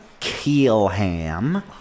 Keelham